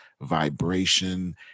vibration